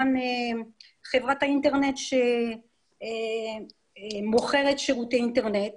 חברת האינטרנט שמוכרת שירותי אינטרנט.